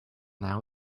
now